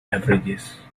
averages